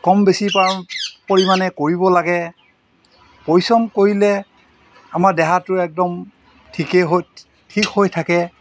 কম বেছি পৰিমাণে কৰিব লাগে পৰিশ্ৰম কৰিলে আমাৰ দেহাটোৰ একদম ঠিকেই হৈ ঠিক হৈ থাকে